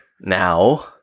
now